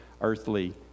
earthly